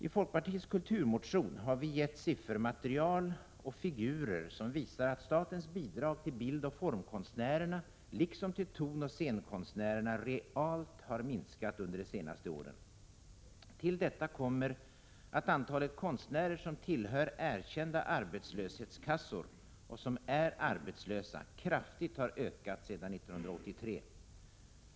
I folkpartiets kulturmotion finns siffermaterial och figurer som visar att statens bidrag till bildoch formkonstnärerna liksom till tonoch scenkonstnärerna realt har minskat under de senaste åren. Till detta kommer att antalet konstnärer som tillhör erkända arbetslöshetskassor och som är arbetslösa kraftigt har ökat sedan 1983.